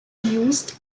used